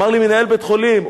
אמר לי מנהל בית-חולים,